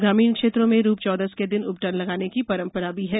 ग्रामीण क्षेत्रों में रूपचौदस के दिन उबटन लगाने की परंपरा भी है